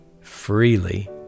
freely